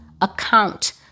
account